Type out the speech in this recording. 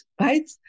right